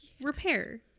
Repair